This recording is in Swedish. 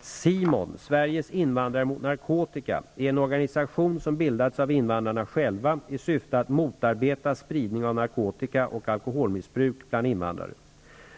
SIMON -- Sveriges invandrare mot narkotika -- är en organisation som bildats av invandrarna själva i syfte att motarbeta spridning av narkotika och alkoholmissbruk bland invandrare.